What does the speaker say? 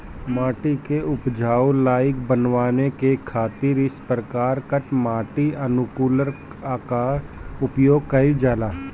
माटी के उपजाऊ लायक बनावे खातिर कई प्रकार कअ माटी अनुकूलक कअ उपयोग कइल जाला